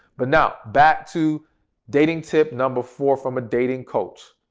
but now, back to dating tip number four from a dating coach.